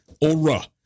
Aura